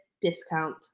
discount